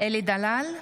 אלי דלל,